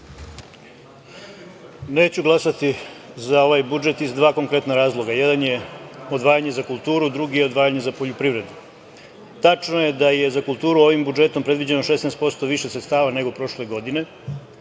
Neću glasati za ovaj budžet iz dva konkretna razloga. Jedan je odvajanje za kulturu, a drugi je za odvajanje za poljoprivredu. Tačno je da je za kulturu ovim budžetom predviđeno 16% više sredstava nego prošle godine,